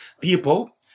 people